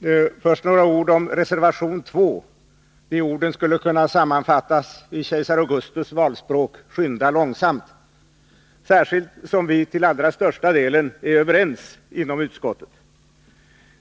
Herr talman! Först några ord om reservation 2. De orden skulle kunna sammanfattas i kejsar Augustus valspråk: Skynda långsamt! Detta gäller särskilt som vi till allra största delen är överens inom utskottet.